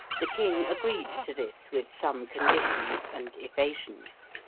the king agreed to this, with some conditions and evasions.